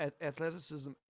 athleticism